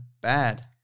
Bad